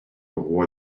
roi